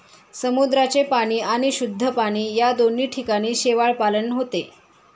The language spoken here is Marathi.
समुद्राचे पाणी आणि शुद्ध पाणी या दोन्ही ठिकाणी शेवाळपालन होते